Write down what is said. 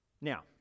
Now